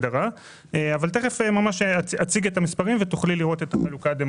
אבל תכף אציג את המספרים ותוכלו לראות את החלוקה הדמוגרפית.